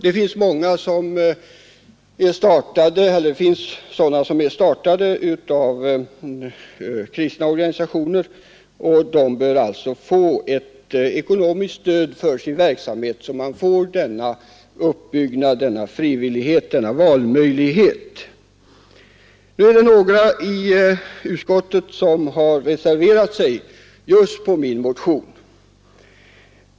Det finns sådana som är startade av kristna organisationer, och de bör få ett ekonomiskt stöd för sin verksamhet, så att man får en uppbyggnad av verksamheten som ger denna frivillighet, denna valmöjlighet. Några av utskottets ledamöter har reserverat sig till förmån för min motion.